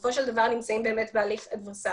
בסופו של דבר אנחנו נמצאים בהליך אדברסרי,